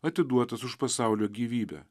atiduotas už pasaulio gyvybę